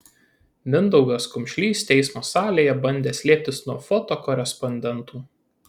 mindaugas kumšlys teismo salėje bandė slėptis nuo fotokorespondentų